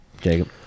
Jacob